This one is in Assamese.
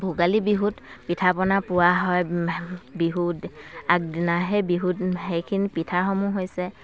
ভোগালী বিহুত পিঠা পনা পোৰা হয় বিহুত আগদিনাহে বিহুত সেইখিনি পিঠাসমূহ হৈছে